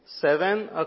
Seven